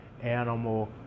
animal